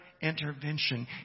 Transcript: intervention